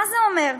מה זה אומר?